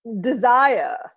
Desire